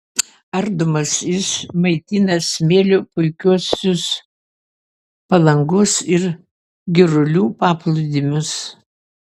ardomas jis maitina smėliu puikiuosius palangos ir girulių paplūdimius